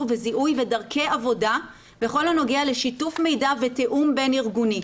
וזיהוי ודרכי עבודה בכל הנוגע לשיתוף מידע ותיאום בין-ארגוני.